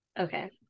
okay